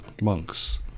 monks